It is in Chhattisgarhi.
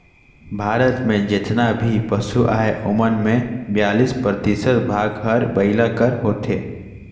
भारत में जेतना भी पसु अहें ओमन में बियालीस परतिसत भाग हर बइला कर होथे